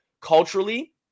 culturally